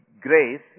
grace